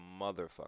motherfucker